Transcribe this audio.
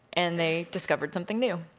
and they discovered something new.